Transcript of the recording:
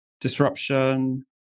disruption